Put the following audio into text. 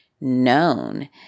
known